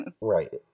Right